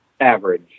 average